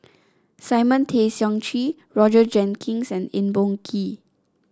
Simon Tay Seong Chee Roger Jenkins and Eng Boh Kee